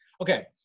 Okay